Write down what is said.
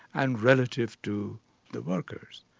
and relative to the workers.